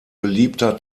beliebter